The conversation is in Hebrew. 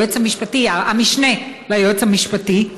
המשנה ליועץ המשפטי,